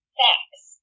facts